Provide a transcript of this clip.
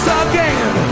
again